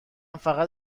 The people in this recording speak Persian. فقط